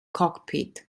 cockpit